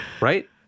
right